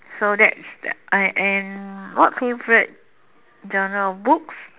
so that's the uh and what favourite genre books